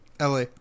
LA